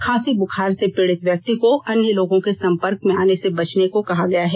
खांसी बुखार से पीड़ित व्यक्ति को अन्य लोगों के संपर्क आने से बचने को कहा गया है